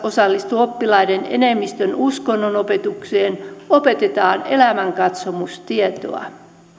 osallistu oppilaiden enemmistön uskonnonopetukseen opetetaan elämänkatsomustietoa